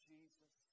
Jesus